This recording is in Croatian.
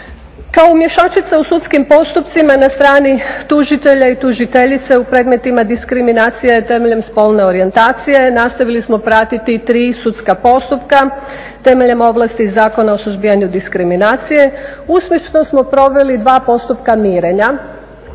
Kao umješačica u sudskim postupcima na strani tužitelja i tužiteljice u predmetima diskriminacije temeljem spolne orijentacije nastavili smo pratiti tri sudska postupka temeljem ovlasti Zakona o suzbijanju diskriminacije, … što smo proveli dva postupka mirenja